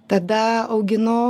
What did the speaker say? tada auginu